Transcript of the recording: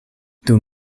dum